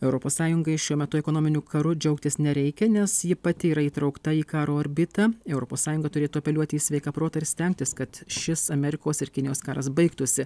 europos sąjungai šiuo metu ekonominiu karu džiaugtis nereikia nes ji pati yra įtraukta į karo orbitą europos sąjunga turėtų apeliuoti į sveiką protą ir stengtis kad šis amerikos ir kinijos karas baigtųsi